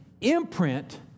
imprint